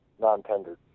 non-tendered